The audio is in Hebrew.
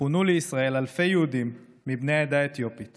פונו אל ישראל אלפי יהודים מבני העדה האתיופית